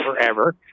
forever